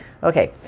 Okay